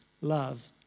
Love